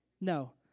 No